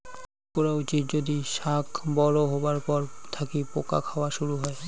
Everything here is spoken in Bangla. কি করা উচিৎ যদি শাক বড়ো হবার পর থাকি পোকা খাওয়া শুরু হয়?